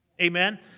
Amen